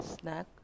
snack